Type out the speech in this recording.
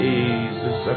Jesus